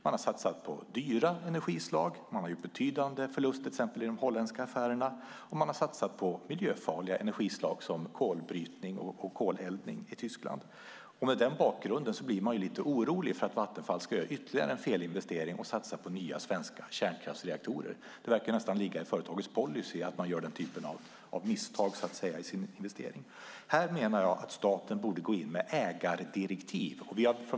Man har satsat på dyra energislag och gjort betydande förluster till exempel i de holländska affärerna. Man har satsat på miljöfarliga energislag som kolbrytning och koleldning i Tyskland. Mot den bakgrunden blir man lite orolig för att Vattenfall ska göra ytterligare en felinvestering och satsa på nya svenska kärnkraftsreaktorer. Det verkar nästan ligga i företagets policy att göra den typen av misstag i sina investeringar. Här menar jag att staten borde gå in med ägardirektiv.